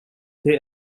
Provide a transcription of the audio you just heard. they